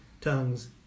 tongues